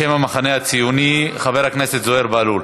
בשם המחנה הציוני, חבר הכנסת זוהיר בהלול.